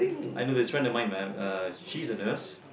I know this friend of mine uh she's a nurse